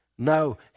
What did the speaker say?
No